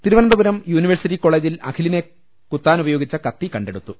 Thiruvananthapuram university കോളെജിൽ അഖിലിനെ കുത്താനുപയോഗിച്ച കത്തി കണ്ടെടുത്തു